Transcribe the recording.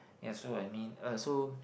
ya so I mean uh so